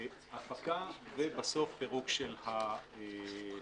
הפקה, ובסוף פירוק של התשתיות.